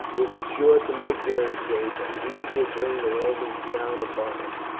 would be sure to make their escape, and these would bring the romans down upon us.